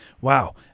wow